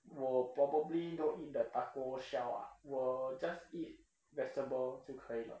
我 probably don't eat the taco shell 啊我 just eat vegetable 就可以了